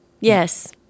Yes